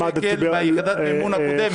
שקל מיחידת המימון הקודמת.